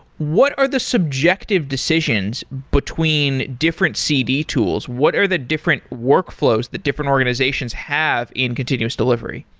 what are the subjective decisions between different cd tools? what are the different workflows that different organizations have in continuous delivery?